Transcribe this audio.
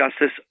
Justice